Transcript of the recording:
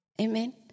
Amen